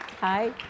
Hi